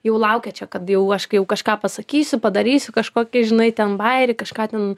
jau laukia čia kad jau aš kai jau kažką pasakysiu padarysiu kažkokį žinai ten bajerį kažką ten